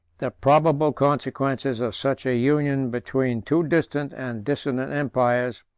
the probable consequences of such a union between two distant and dissonant empires,